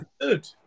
good